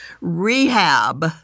rehab